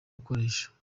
gukoresha